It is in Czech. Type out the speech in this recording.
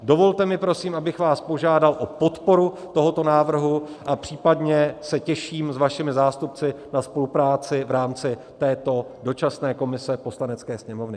Dovolte mi prosím, abych vás požádal o podporu tohoto návrhu, a případně se těším s vašimi zástupci na spolupráci v rámci této dočasné komise Poslanecké sněmovny.